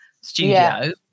studio